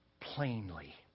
plainly